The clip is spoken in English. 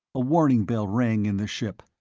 a warning bell rang in the ship.